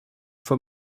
for